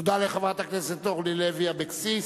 תודה לחברת הכנסת אורלי לוי אבקסיס.